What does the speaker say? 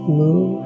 move